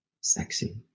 sexy